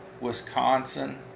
Wisconsin